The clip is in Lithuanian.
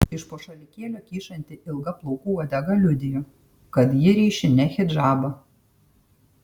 iš po šalikėlio kyšanti ilga plaukų uodega liudijo kad ji ryši ne hidžabą